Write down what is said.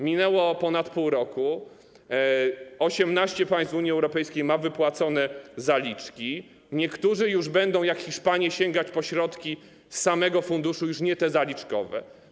Minęło ponad pół roku, 18 państw w Unii Europejskiej ma wypłacone zaliczki, niektórzy już będą, jak np. Hiszpanie, sięgać po środki z samego funduszu, już nie te zaliczkowe.